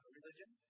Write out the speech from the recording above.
religion